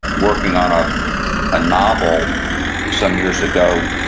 working on a ah novel some years ago,